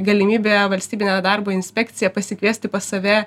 galimybė valstybinę darbo inspekciją pasikviesti pas save